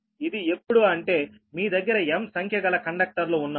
ఇది ఎప్పుడు అంటే మీ దగ్గర m సంఖ్యగల కండక్టర్లు ఉన్నప్పుడు